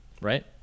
Right